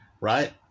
Right